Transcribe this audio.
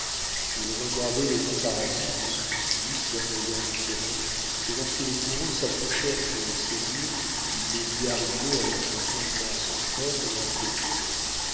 il regardait les préparatifs de son supplice d'un œil indifférent et lorsque les bourreaux s'approchèrent pour le saisir il les vit arriver avec une contenance ferme et intrépide